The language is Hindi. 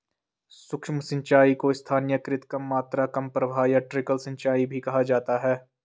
सूक्ष्म सिंचाई को स्थानीयकृत कम मात्रा कम प्रवाह या ट्रिकल सिंचाई भी कहा जाता है